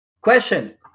Question